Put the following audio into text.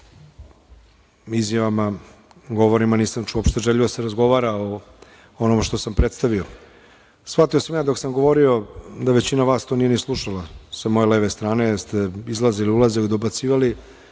izjavama, govorima nisam čuo uopšte želju da se razgovara o onome što sam predstavio. Shvatio sam ja dok sam govorio da većina vas to nije ni slušala. Sa moje leve strane ste ulazili, izlazili, dobacivali.